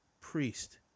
Priest